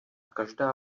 každá